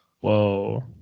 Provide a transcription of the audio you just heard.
Whoa